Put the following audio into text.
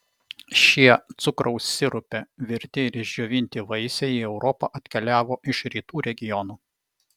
šie cukraus sirupe virti ir išdžiovinti vaisiai į europą atkeliavo iš rytų regionų